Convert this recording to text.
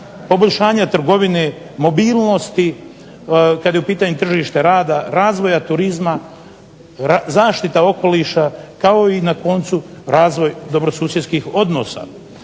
poboljšanja trgovine, mobilnosti, kad je u pitanju tržište rada razvoja turizma, zaštita okoliša kao i na koncu razvoj dobrosusjedskih odnosa.